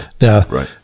Now